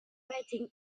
rating